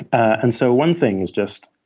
and so one thing is just,